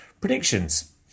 Predictions